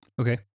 Okay